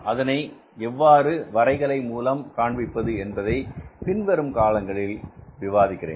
அதனை எவ்வாறு வரைகலை மூலம் காண்பிப்பது என்பதை பின்வரும் காலங்களில் விவாதிக்கிறேன்